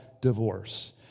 divorce